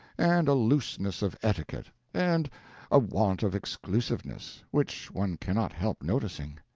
and a looseness of etiquette, and a want of exclusiveness, which one cannot help noticing.